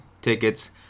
tickets